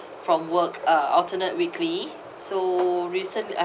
from work uh alternate weekly so recent